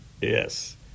Yes